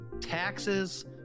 Taxes